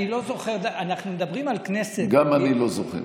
אני לא זוכר, גם אני לא זוכר.